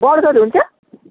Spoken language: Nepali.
बर्गर हुन्छ